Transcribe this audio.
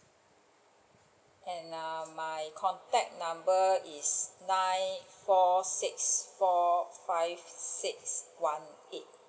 and ah my contact number is nine four six four five six one eight